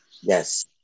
Yes